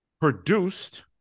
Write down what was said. produced